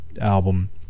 album